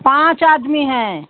पाँच आदमी हैं